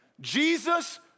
Jesus